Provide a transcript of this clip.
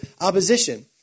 opposition